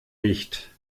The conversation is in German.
nicht